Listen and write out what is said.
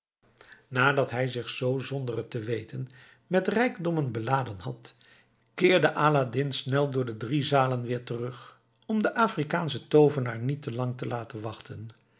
nadat hij zich zoo zonder het te weten met rijkdommen beladen had keerde aladdin snel door de drie zalen weer terug om den afrikaanschen toovenaar niet te lang te laten wachten